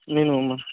నేను